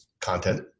content